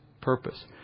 purpose